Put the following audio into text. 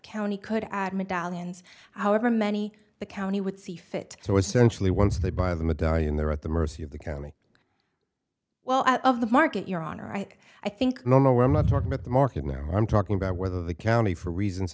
county could add medallions however many the county would see fit so essentially once they buy the medallion they're at the mercy of the county well out of the market your honor i i think no no i'm not talking about the market now i'm talking about whether the county for reasons